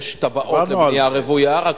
יש תב"עות לבנייה רוויה, דיברנו על זה.